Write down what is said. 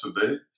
today